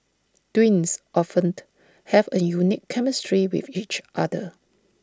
twins often have A unique chemistry with each other